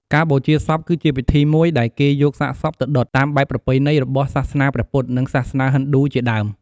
ការបូជាសព គឺជាពិធីបុណ្យមួយដែលគេយកសាកសពទៅដុត តាមបែបប្រពៃណីរបស់សាសនាព្រះពុទ្ធ និងសាសនាហិណ្ឌូ ជាដើម។